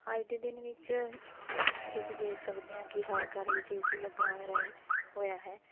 ਅੱਜ ਦੇ ਦਿਨ ਵਿੱਚ ਤੁਸੀਂ ਦੇਖ ਸਕਦੇ ਹਾਂ ਕਿ ਹਰ ਘਰ ਵਿੱਚ ਏ ਸੀ ਲੱਗਾ ਰਿਹਾ ਹੋਇਆ ਹੈ